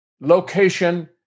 location